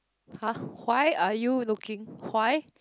ah Kuai are looking Kuai